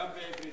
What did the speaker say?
גם בעברית,